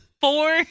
four